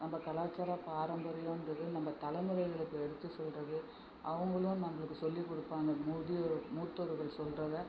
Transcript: நம்ம கலாச்சாரப் பாரம்பரியன்றது நம்ம தலைமுறைகளுக்கு எடுத்துச் சொல்வது அவர்களும் நம்மளுக்கு சொல்லிக் கொடுப்பாங்க முதியோர் மூத்தோர்கள் சொல்றதை